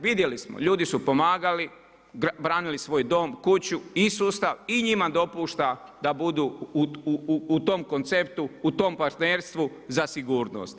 Vidjeli smo, ljudi su pomagali, branili svoj dom, kuću i sustav i njima dopušta da budu u tom konceptu, u tom partnerstvu za sigurnost.